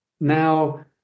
now